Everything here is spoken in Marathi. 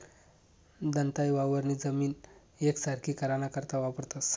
दंताये वावरनी जमीन येकसारखी कराना करता वापरतंस